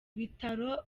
ibitaro